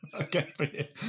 okay